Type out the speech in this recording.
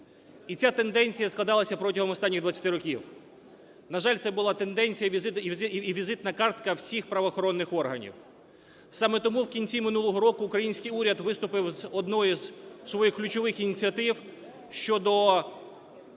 І ця тенденція складалася протягом останніх 20 років. На жаль, це була тенденція і візитна картка всіх правоохоронних органів. Саме тому в кінці минулого року український уряд виступив з однією з своїх ключових ініціатив щодо